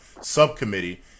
subcommittee